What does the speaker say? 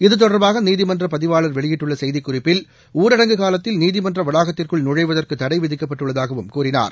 இது தொடர்பாக நீதிமன்ற பதிவாளர் வெளியிட்டுள்ள செய்திக் குறிப்பில் ஊரடங்கு காலத்தில் நீதிமன்ற வளாகத்திற்குள் நழைவதற்கு தடை விதிக்கப்பட்டுள்ளதாகவும் கூறியுள்ளார்